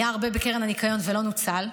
היה הרבה בקרן הניקיון ולא נוצל,